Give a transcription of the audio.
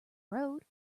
road